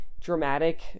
dramatic